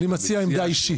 אני מציע עמדה אישית,